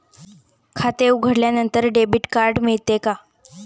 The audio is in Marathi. खाते उघडल्यानंतर डेबिट कार्ड मिळते का?